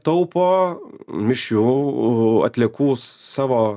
taupo mišrių atliekų savo